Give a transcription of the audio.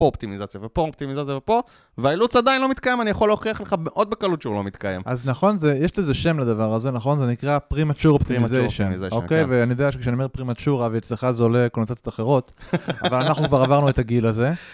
פה אופטימיזציה ופה אופטימיזציה ופה, והאילוץ עדיין לא מתקיים, אני יכול להוכיח לך מאוד בקלות שהוא לא מתקיים. אז נכון, יש לזה שם לדבר הזה, נכון? זה נקרא פרימאצ'ור אופטימיזיישן. אוקיי, ואני יודע שכשאני אומר פרימאצ'ור, אבי, אצלך זה עולה קונצציות אחרות, אבל אנחנו כבר עברנו את הגיל הזה.